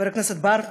חבר הכנסת בר,